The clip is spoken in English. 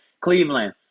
Cleveland